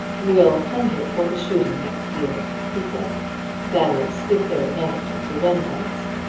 we'll come here for the shooting next year, he said that is, if there is nothing to prevent us.